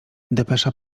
depesza